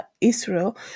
israel